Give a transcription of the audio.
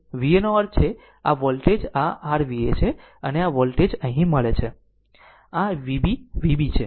Va નો અર્થ છે આ વોલ્ટેજ આ r Va છે અને આ વોલ્ટેજ અહીં મળે છે આ Vb Vb છે